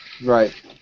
Right